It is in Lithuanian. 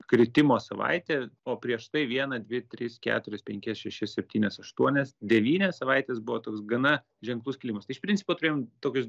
kritimo savaitė o prieš tai vieną dvi tris keturias penkias šešias septynias aštuonias devynias savaites buvo toks gana ženklus kilimas tai iš principo turėjom tokius